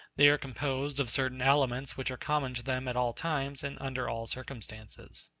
they are composed of certain elements which are common to them at all times and under all circumstances.